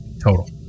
total